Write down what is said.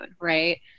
right